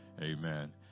Amen